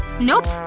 nope.